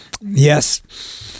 Yes